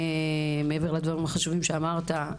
מעבר לדברים החשובים שאמרת,